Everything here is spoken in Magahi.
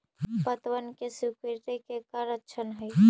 पत्तबन के सिकुड़े के का लक्षण हई?